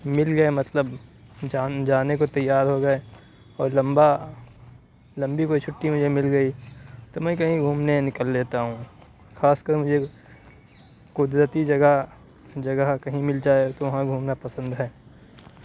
مل گیے مطلب جان جانے کو تیار ہوگیے اور لمبا لمبی کوئی چُھٹی مجھے مل گئی تو میں کہیں گھومنے نکل لیتا ہوں خاص کر مجھے قدرتی جگہ جگہ کہیں مل جائے تو وہاں گھومنا پسند ہے